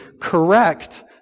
correct